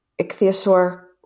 ichthyosaur